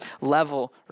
level